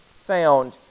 found